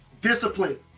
discipline